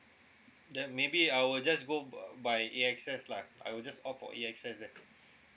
then maybe I'll just go uh by A_X_S lah I will just opt for A_X_S then